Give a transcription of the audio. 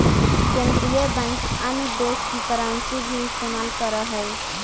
केन्द्रीय बैंक अन्य देश की करन्सी भी इस्तेमाल करअ हई